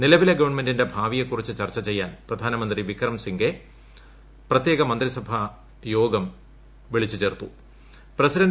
നിലവിലെ ഗവൺമെന്റിന്റെ ഭാവിയെക്കുറിച്ച് ചർച്ച ചെയ്യാൻ പ്രധാനമന്ത്രി വിക്രമസിംഗെ പ്രത്യേക മന്ത്രിസഭ യോഗം വിളിച്ചിട്ടുണ്ട്